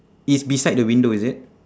it's beside the window is it